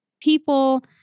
people